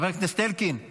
(חברי הכנסת מכבדים בקימה